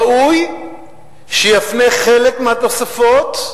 ראוי שיפנה חלק מהתוספות,